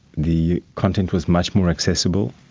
the content was much more accessible,